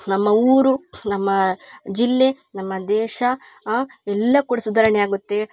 ನಮ್ಮ ಊರು ನಮ್ಮ ಜಿಲ್ಲೆ ನಮ್ಮ ದೇಶ ಎಲ್ಲ ಕೂಡ ಸುಧಾರಣೆ ಆಗುತ್ತೆ